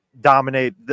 dominate